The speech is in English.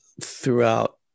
throughout